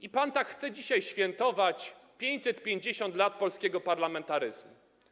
I pan tak chce dzisiaj świętować 550 lat polskiego parlamentaryzmu.